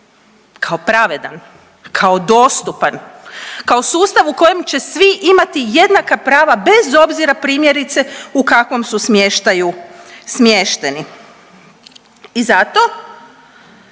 kao pravedan, kao dostupan, kao sustav u kojem će svi imati jednaka prava bez obzira primjerice u kakvom su smještaju